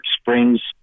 Springs